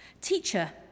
teacher